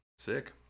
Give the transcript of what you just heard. sick